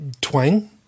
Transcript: twang